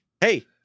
Hey